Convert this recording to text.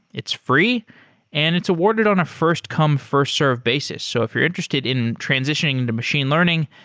it's free and it's awarded on a first-come first-served basis. so if you're interested in transitioning into machine learning,